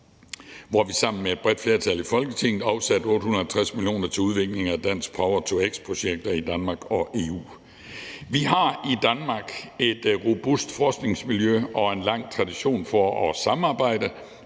hvor vi med et bredt flertal i Folketinget afsatte 850 mio. kr. til udvikling af dansk power-to-x-projekter i Danmark og EU. Vi har i Danmark et robust forskningsmiljø og en lang tradition for at samarbejde